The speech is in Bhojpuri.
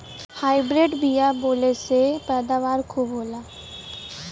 हाइब्रिड बिया बोवले से पैदावार खूब होला